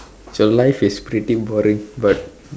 your life is pretty boring but